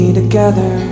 together